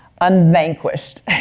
unvanquished